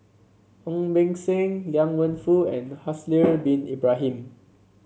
Ong Beng Seng Liang Wenfu and Haslir Bin Ibrahim